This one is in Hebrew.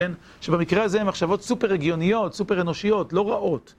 שבמקרה הזה הן מחשבות סופר-הגיוניות, סופר-אנושיות, לא רעות.